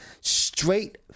straight